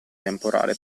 temporale